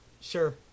Sure